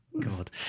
God